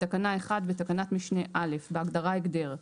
בתקנה 1. בתקנת משנה (א) בהגדרה "הגדר":